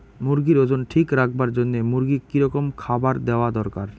মুরগির ওজন ঠিক রাখবার জইন্যে মূর্গিক কি রকম খাবার দেওয়া দরকার?